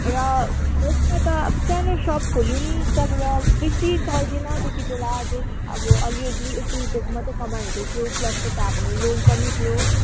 र फर्स्टमा त अब सानो सप खोल्यौँ त्यहाँबाट बेसी चल्थेन त्यतिबेला जस्ट अब अलिअलि एक दुई रुपियाँको मात्रै कमाइ हुँदै थियो प्लस यता हाम्रो लोन पनि थियो